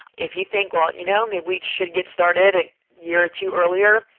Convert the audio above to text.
if you think, well, you know maybe we should get started a year or two earlier,